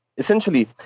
Essentially